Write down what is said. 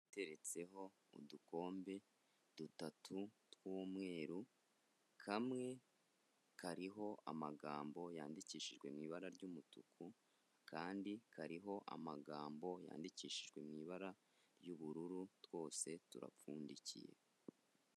Iteretseho udukombe dutatu tw'umweru, kamwe kariho amagambo yandikishijwe mu ibara ry'umutuku, akandi kariho amagambo yandikishijwe mu ibara ry'ubururu, twose turapfundikiye.